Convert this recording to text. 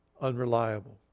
unreliable